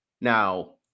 Now